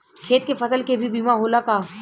खेत के फसल के भी बीमा होला का?